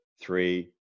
three